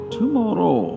tomorrow